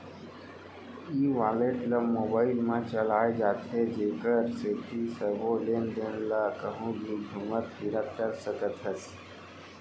ई wallet ल mobile म चलाए जाथे जेकर सेती सबो लेन देन ल कहूँ भी घुमत फिरत कर सकत हस